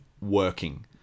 working